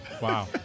Wow